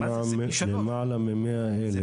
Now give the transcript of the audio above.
למעלה מ-100,000.